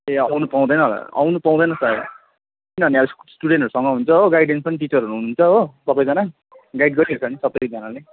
ए आउनु पाउँदैन होला आउनु पाउँदैन सायद किनभने अब स्टुडेन्टहरूसँग हुन्छ हो गाइडेन्स पनि टिचरहरू हुनुहुन्छ हो सबैजना गाइड गरिहाल्छौँ नि सबै एकएकजनाले